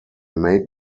made